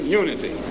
unity